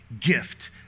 gift